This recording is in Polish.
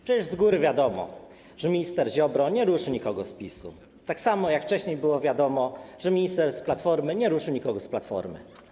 Przecież z góry wiadomo, że minister Ziobro nie ruszy nikogo z PiS-u, tak samo jak wcześniej było wiadomo, że minister z Platformy nie ruszy nikogo z Platformy.